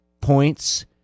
points